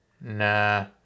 Nah